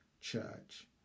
church